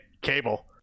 Cable